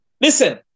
Listen